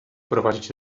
prowadzić